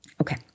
Okay